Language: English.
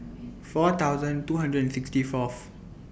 four thousand two hundred and sixty Fourth